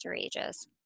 ages